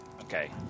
okay